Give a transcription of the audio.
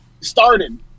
started